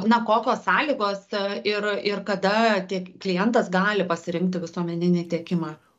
na kokios sąlygos ir ir kada tiek klientas gali pasirinkti visuomeninį tiekimą